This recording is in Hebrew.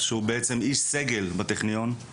שהוא בעצם איש סגל בטכניון,